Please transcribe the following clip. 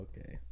okay